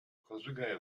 разжигай